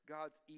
God's